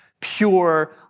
pure